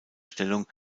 stellung